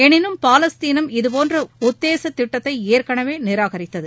எனினும் பாலஸ்தீனம் இதுபோன்ற உத்தேச திட்டத்தை ஏற்கௌவே நிராகரித்தது